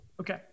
Okay